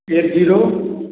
eight zero